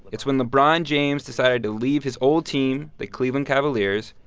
it's when lebron james decided to leave his old team, the cleveland cavaliers,